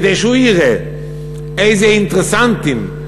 כדי שהוא יראה איזה אינטרסנטים,